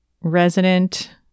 resident